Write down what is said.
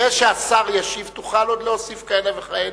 אחרי שהשר ישיב תוכל עוד להוסיף כהנה וכהנה.